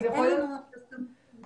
ההצהרות נגישות.